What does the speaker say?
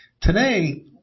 Today